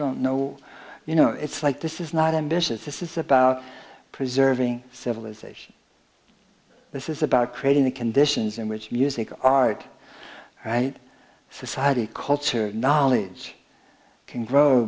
don't know you know it's like this is not ambitious this is about preserving civilization this is about creating the conditions in which music art right society culture knowledge can grow